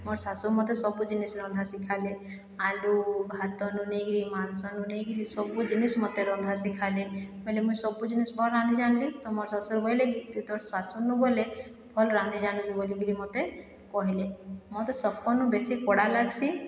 ମୋର୍ ଶାଶୁ ମୋତେ ସବୁ ଜିନିଷ ରନ୍ଧା ଶିଖାଇଲେ ଆଲୁ ଭାତନୁ ନେଇକିରି ମାଂସନୁ ନେଇକିରି ସବୁ ଜିନିଷ୍ ମୋତେ ରନ୍ଧା ଶିଖାଇଲେ ବେଲେ ମୁଇଁ ସବୁ ଜିନିଷ୍ ଭଲ୍ ରାନ୍ଧି ଜାଣିଲି ତ ମୋର୍ ଶଶୁର ବୋଇଲେ କି ତୋର୍ ଶାଶୁନୁ ବୋଇଲେ ଭଲ୍ ରାନ୍ଧି ଜାଣିବୁ ବୋଲିକିରି ମୋତେ କହିଲେ ମୋତେ ସବ୍କନୁ ବେଶୀ କଡ଼ା ଲାଗ୍ସି